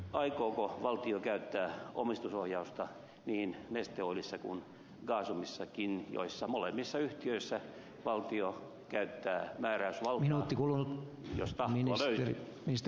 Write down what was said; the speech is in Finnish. aikooko valtio käyttää omistusohjausta niin neste oilissa kuin gasumissakin joissa molemmissa yhtiöissä valtio käyttää määräysvaltaansa jos tahtoa löytyy